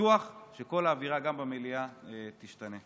בטוח שכל האווירה, גם במליאה, תשתנה.